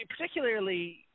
particularly